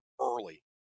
early